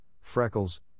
freckles